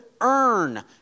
earn